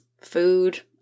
food